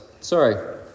Sorry